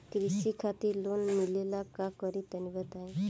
कृषि खातिर लोन मिले ला का करि तनि बताई?